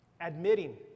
admitting